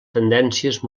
tendències